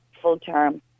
full-term